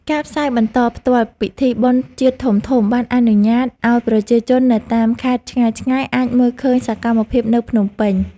ការផ្សាយបន្តផ្ទាល់ពិធីបុណ្យជាតិធំៗបានអនុញ្ញាតឱ្យប្រជាជននៅតាមខេត្តឆ្ងាយៗអាចមើលឃើញសកម្មភាពនៅភ្នំពេញ។